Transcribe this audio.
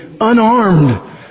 unarmed